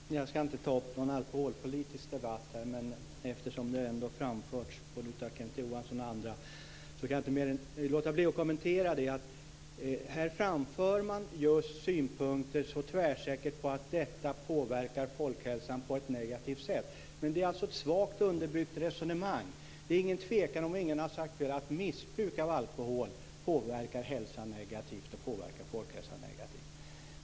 Fru talman! Jag ska inte ta upp någon alkoholpolitisk debatt, men eftersom det framförts synpunkter både av Kenneth Johansson och andra kan jag inte låta bli att kommentera detta. Här framför man just synpunkter så tvärsäkert på att alkohol påverkar folkhälsan på ett negativt sätt, men det är ett svagt underbyggt resonemang. Det är ingen tvekan om, och ingen har sagt att det är fel, att missbruk av alkohol påverkar folkhälsan negativt.